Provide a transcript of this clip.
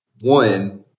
One